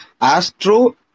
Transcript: Astro